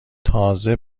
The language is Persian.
تازه